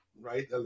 right